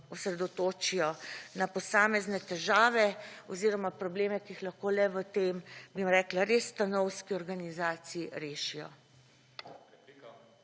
osredotočijo na posamezne težave oziroma probleme, ki jih lahko le v tem, bom rekla, res stanovski organizaciji rešijo.